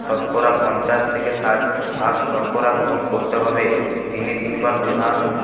শতকরা পঞ্চাশ থেকে ষাট ভাগ শর্করা গ্রহণ করতে হবে দিনে তিনবার প্রধান